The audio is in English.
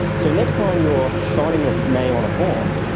so next time you're signing your name on a form,